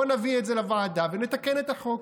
בוא נביא את זה לוועדה, ונתקן את החוק.